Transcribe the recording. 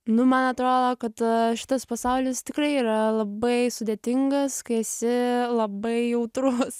nu man atrodo kad šitas pasaulis tikrai yra labai sudėtingas kai esi labai jautrus